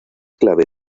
clave